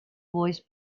voice